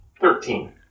Thirteen